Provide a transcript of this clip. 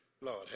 Lord